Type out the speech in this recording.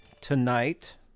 tonight